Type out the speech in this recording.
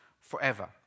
forever